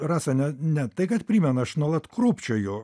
rasa ne ne tai kad primena aš nuolat krūpčioju